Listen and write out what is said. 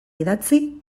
idatzi